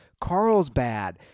Carlsbad